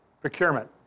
Procurement